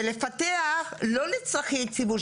ולפתח לא לצורכי ציבור,